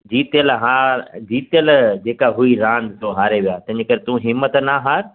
जीतियल हार जीतियल जेका हुई रांदि सो हारे विया तंहिंजे करे तूं हिमत न हार